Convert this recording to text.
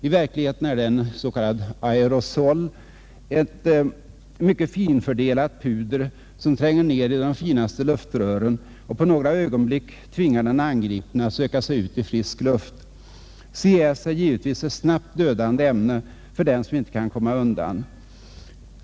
I verkligheten är det en s.k. aerosol, ett mycket finfördelat puder som tränger ner i de finaste luftrören och på några ögonblick tvingar den angripne att söka sig ut i frisk luft. CS är givetvis ett snabbt dödande ämne för dem som inte kan komma undan.